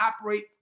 operate